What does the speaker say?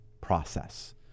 process